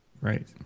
Right